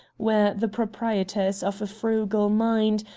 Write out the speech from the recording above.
where the proprietor is of a frugal mind,